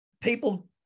people